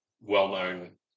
well-known